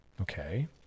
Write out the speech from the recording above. okay